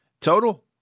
Total